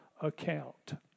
account